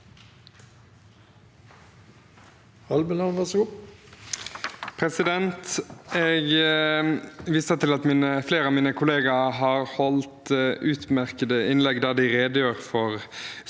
Jeg viser til at fle- re av mine kollegaer har holdt utmerkede innlegg, der de redegjør for